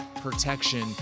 protection